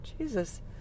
Jesus